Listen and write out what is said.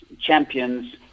champions